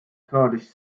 kurdish